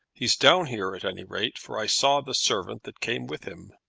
he's down here, at any rate, for i saw the servant that came with him.